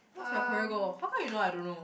what's my career goal how come you know I don't know